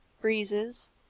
breezes